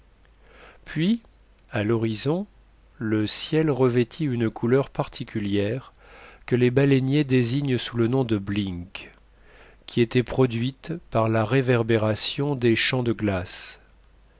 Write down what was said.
puis à l'horizon le ciel revêtit une couleur particulière que les baleiniers désignent sous le nom de blink qui était produite par la réverbération des champs de glace